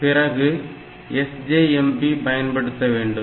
பிறகு SJMP பயன்படுத்த வேண்டும்